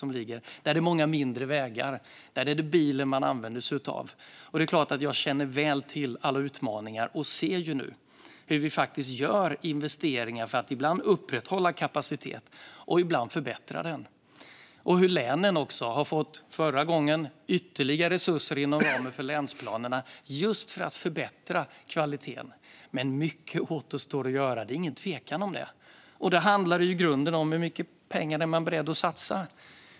Där finns det många mindre vägar, och där är det bilen man använder sig av. Jag känner väl till alla utmaningar och ser nu hur vi faktiskt gör investeringar för att ibland upprätthålla kapacitet och ibland förbättra den. Jag ser också hur länen har fått, som förra gången, ytterligare resurser inom ramen för länsplanerna just för att förbättra kvaliteten. Mycket återstår dock att göra; det är ingen tvekan om det. Där handlar det i grunden om hur mycket pengar man är beredd att satsa.